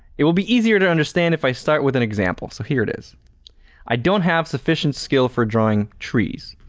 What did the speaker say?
it will be easier to understand if i start with an example, so here it is i don't have sufficient skill for drawing trees,